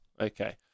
Okay